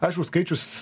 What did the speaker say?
aišku skaičius